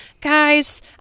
guys